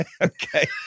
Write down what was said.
Okay